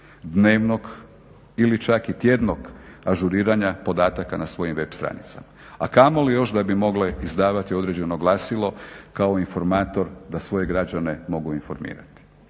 dnevnog ili čak i tjednog ažuriranja podataka na svojim web stranicama, a kamoli još da bi mogle izdavati određeno glasilo kao informator da svoje građane mogu informirati.